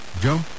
Joe